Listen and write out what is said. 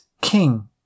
king